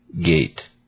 Gate